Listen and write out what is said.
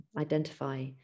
identify